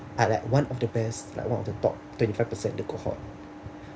I like one of the best like one of the top twenty five percent the cohort